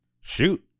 Shoot